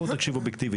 תקשיב אובייקטיבית.